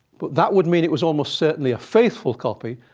but that would mean it was almost certainly a faithful copy,